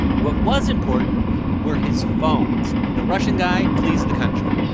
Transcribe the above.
what was important were his phones. the russian guy flees the country,